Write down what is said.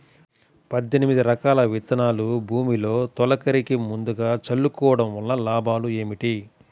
పద్దెనిమిది రకాల విత్తనాలు భూమిలో తొలకరి ముందుగా చల్లుకోవటం వలన లాభాలు ఏమిటి?